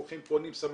הולכים קונים סמים,